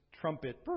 trumpet